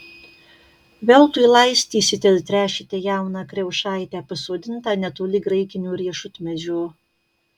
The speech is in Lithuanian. veltui laistysite ir tręšite jauną kriaušaitę pasodintą netoli graikinio riešutmedžio